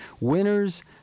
winners